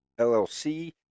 LLC